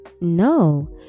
No